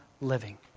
living